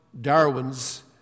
Darwin's